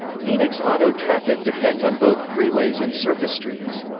phoenix auto traffic depends on both freeways and surface streets.